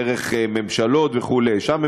דרך ממשלות וכו' שם,